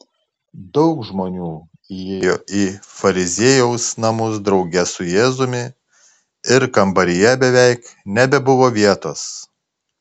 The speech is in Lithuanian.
daug žmonių įėjo į fariziejaus namus drauge su jėzumi ir kambaryje beveik nebebuvo vietos